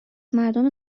مردم